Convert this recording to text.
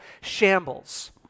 shambles